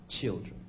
children